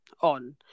on